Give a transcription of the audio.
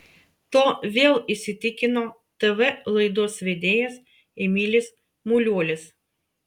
tuo vėl įsitikino tv laidos vedėjas emilis muliuolis